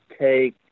take